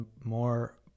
more